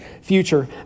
Future